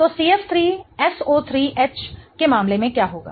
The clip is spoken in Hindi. तो CF3SO3H के मामले में क्या होगा